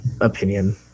opinion